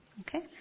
Okay